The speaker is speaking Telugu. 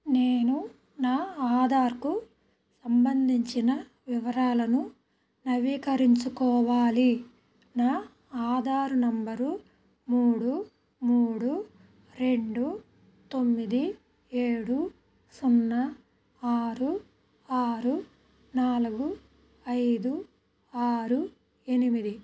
నేను నా ఆధార్కు సంబంధించిన వివరాలను నవీకరించుకోవాలి నా ఆధారు నంబరు మూడు మూడు రెండు తొమ్మిది ఏడు సున్నా ఆరు ఆరు నాలుగు ఐదు ఆరు ఎనిమిది